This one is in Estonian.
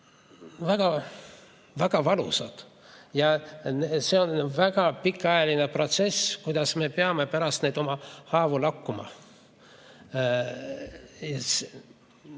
väga valusad ja see on väga pikaajaline protsess, kuidas me peame pärast oma haavu lakkuma.